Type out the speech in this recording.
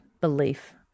belief